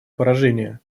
поражение